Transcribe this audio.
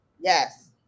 yes